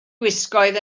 gwisgoedd